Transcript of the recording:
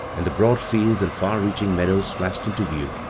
and the broad fidds and far-reacfiing meadows flashed into view,